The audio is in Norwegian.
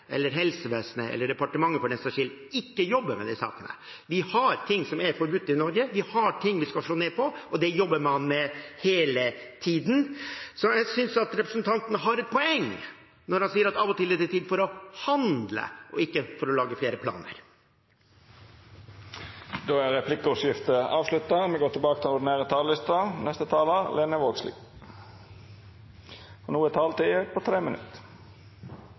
helsevesenet – eller departementet, for den sakens skyld – ikke jobber med disse sakene. Vi har ting som er forbudt i Norge, vi har ting vi skal slå ned på, og det jobber man med hele tiden. Så representanten Hoksrud har et poeng når han sier at det av og til er tid for å handle, ikke for å lage flere planer. Replikkordskiftet er avslutta. Dei talarane som heretter får ordet, har ei taletid på inntil 3 minutt. Vald i nære relasjonar er